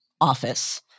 office